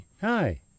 Hi